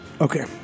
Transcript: Okay